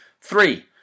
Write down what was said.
Three